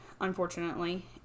unfortunately